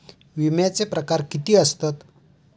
विमाचे प्रकार किती असतत?